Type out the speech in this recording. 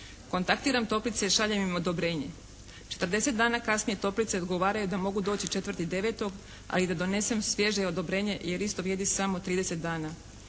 Kontaktiram toplice i šaljem im odobrenje. 40 dana kasnije toplice odgovaraju da mogu doći 4.9. a i da donesem svježe odobrenje jer isto vrijedi samo 30 dana.